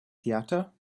theatre